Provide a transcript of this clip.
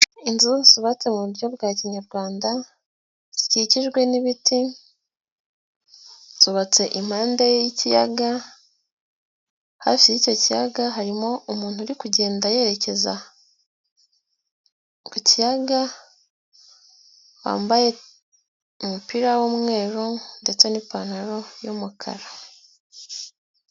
Inzu zubatse mu buryo bwa kinyarwanda zikikijwe n'ibiti zubatse impande y'ikiyaga, hafi y'icyo kiyaga harimo umuntu uri kugenda yerekeza ku kiyaga wambaye umupira w'umweru ndetse n'ipantaro y'umukara.